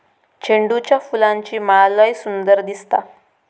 झेंडूच्या फुलांची माळ लय सुंदर दिसता